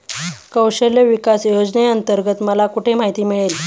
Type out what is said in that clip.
कौशल्य विकास योजनेअंतर्गत मला कुठे माहिती मिळेल?